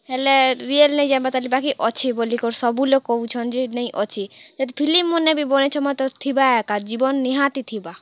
ହେଲେ ରିୟଲ୍ରେ ବାକି ଅଛେ ବୋଲିକରି ସବୁ ଲୋକ୍ କହୁଛନ୍ ଯେ ନାଇ ଅଛେ ଇ ଫିଲ୍ମମାନେ ବି ବନେଇଛନ୍ ମାତ୍ର ଥିବା ଏକା ଜୀବନ୍ ନିହାତି ଥିବା